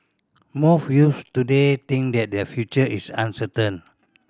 most youths today think that their future is uncertain